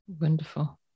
wonderful